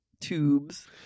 tubes